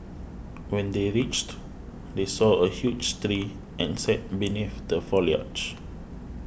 when they reached they saw a huge tree and sat beneath the foliage